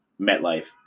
MetLife